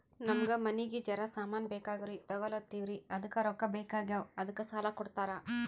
ನಮಗ ಮನಿಗಿ ಜರ ಸಾಮಾನ ಬೇಕಾಗ್ಯಾವ್ರೀ ತೊಗೊಲತ್ತೀವ್ರಿ ಅದಕ್ಕ ರೊಕ್ಕ ಬೆಕಾಗ್ಯಾವ ಅದಕ್ಕ ಸಾಲ ಕೊಡ್ತಾರ?